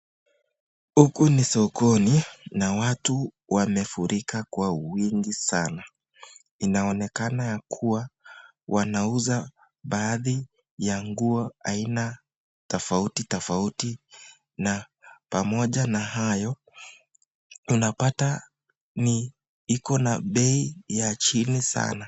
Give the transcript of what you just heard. Huku ni sokoni ma watu wamefurika kwa wingi sana, inaonekana ya kuwa wanauza baadhi ya nguo tofauti tofauti na pamoja na hayo unapata iko na bei ya chini sana.